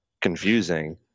confusing